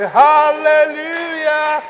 hallelujah